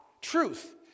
truth